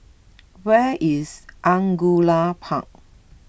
where is Angullia Park